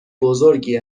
بزرگی